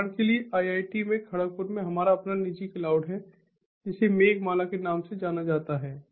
उदाहरण के लिए आईआईटी में खड़गपुर में हमारा अपना निजी क्लाउड है जिसे मेघमाला के नाम से जाना जाता है